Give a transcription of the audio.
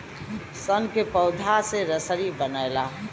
सन के पौधा से रसरी बनला